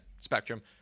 spectrum